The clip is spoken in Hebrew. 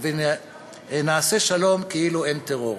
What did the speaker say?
כאילו אין שלום, ונעשה שלום כאילו אין טרור.